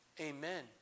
Amen